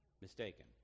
Mistaken